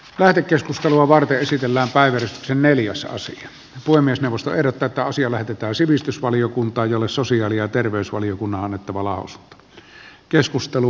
lähetekeskustelua varten esitellään päivitys ja neliosasi puhemiesneuvosto ehdottaa että asia lähetetään sivistysvaliokuntaan jolle sosiaali ja terveysvaliokunnan on annettava lausunto